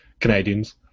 Canadians